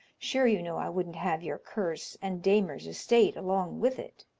sure you know i wouldn't have your curse and damer's estate along with it.